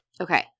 Okay